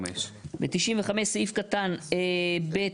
95. ב-95, סעיף קטן (ב)(2)